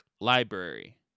library